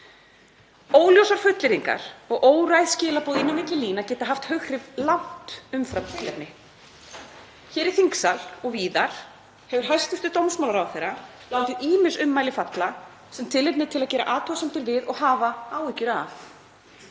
Óljósar fullyrðingar og óræð skilaboð inn á milli lína geta haft hughrif langt umfram tilefni. Hér í þingsal og víðar hefur hæstv. dómsmálaráðherra látið ýmis ummæli falla sem tilefni er til að gera athugasemdir við og hafa áhyggjur af.